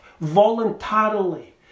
voluntarily